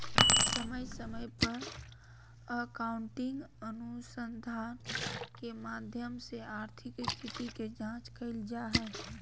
समय समय पर अकाउन्टिंग अनुसंधान के माध्यम से आर्थिक स्थिति के जांच कईल जा हइ